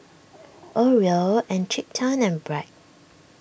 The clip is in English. Oreo Encik Tan and Bragg